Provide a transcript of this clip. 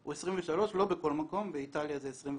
הוא 23, לא בכל מקום, באיטליה זה 25,